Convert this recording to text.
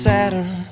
Saturn